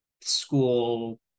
school